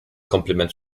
kompliment